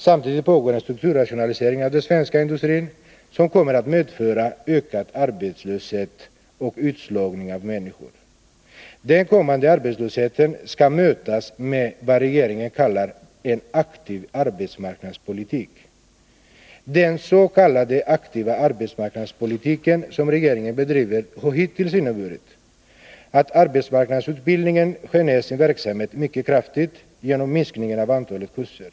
Samtidigt pågår en strukturrationalisering inom den svenska industrin, vilket kommer att medföra en ökning av arbetslösheten och utslagning av människor. Den kommande arbetslösheten skall mötas med vad regeringen kallar en aktiv arbetsmarknadspolitik. Regeringens s.k. aktiva arbetsmarknadspolitik har hittills inneburit att arbetsmarknadsutbildningen har skurits ned mycket kraftigt genom en minskning av antalet kurser.